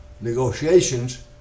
Negotiations